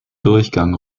durchgang